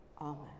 Amen